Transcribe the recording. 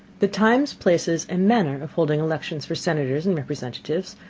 the times, places and manner of holding elections for senators and representatives,